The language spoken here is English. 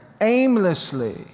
aimlessly